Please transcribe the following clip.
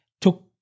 took